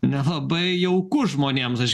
nelabai jauku žmonėms aš